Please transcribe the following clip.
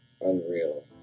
unreal